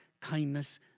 kindness